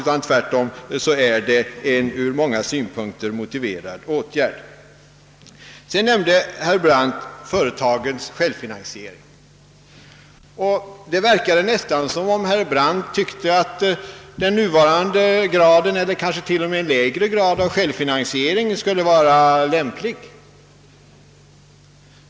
Det är tvärtom en ur många synpunkter motiverad åtgärd. Sedan nämnde herr Brandt företagens självfinansiering. Det verkade nästan som om herr Brandt tyckte att den nuvarande graden eller kanske till och med en lägre grad av självfinansiering skulle vara lämplig.